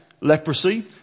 leprosy